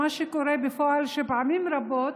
בפועל קורה שפעמים רבות,